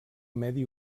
medi